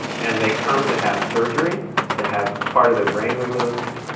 and they come to have surgery to have part of their brain removed.